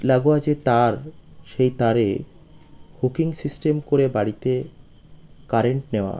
লাগোয়া যে তার সেই তারে হুকিং সিস্টেম করে বাড়িতে কারেন্ট নেওয়া